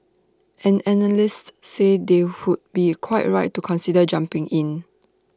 and analysts say they would be quite right to consider jumping in